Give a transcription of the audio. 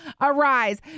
arise